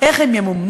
איך הם ימומנו?